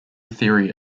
theory